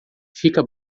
fica